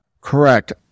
Correct